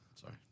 sorry